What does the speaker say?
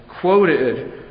quoted